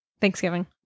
Thanksgiving